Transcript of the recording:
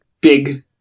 big